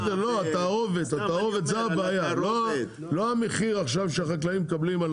לא, התערובת זו הבעיה, לא המחיר שהחקלאים מקבלים.